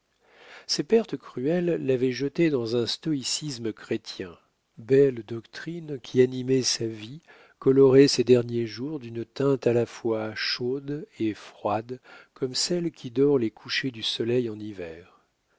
ces pertes cruelles l'avaient jeté dans un stoïcisme chrétien belle doctrine qui animait sa vie et colorait ses derniers jours d'une teinte à la fois chaude et froide comme celle qui dore les couchers du soleil en hiver